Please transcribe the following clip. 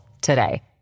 today